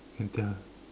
can tell